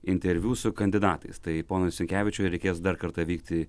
interviu su kandidatais tai ponui sinkevičiui reikės dar kartą vykti